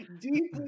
deeply